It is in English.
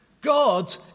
God